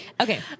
Okay